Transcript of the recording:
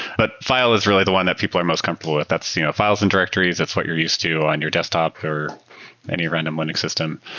but file is really the one that people are most comfortable with. that's files and directories. that's what you're used to on your desktop or any random linux system.